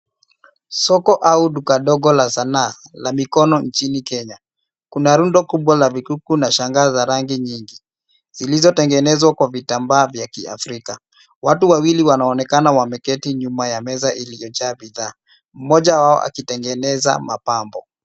Soko au duka dogo la sanaa la mikono nchini Kenya kuna rundo kubwa la vikukuu na shanga za rangi nyingi zilizotengenezwa kwa vitambaa vya kiafrika. Watu wawili wanaonekana wameketi nyuma ya meza iliyojaa bidhaa mmoja wao akitengeneza mapambo.